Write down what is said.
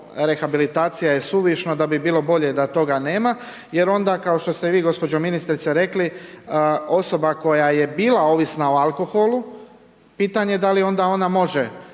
rehabilitacija je suvišno, da bi bilo bolje da toga nema. Jer onda kao što ste vi gospođo ministrice rekli, osoba koja je bila ovisna o alkoholu, pitanje je da li onda ona može